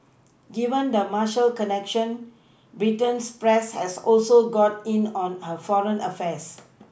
given the marital connection Britain's press has also got in on her foreign affairs